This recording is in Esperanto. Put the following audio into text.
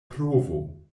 provo